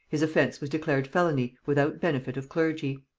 his offence was declared felony without benefit of clergy.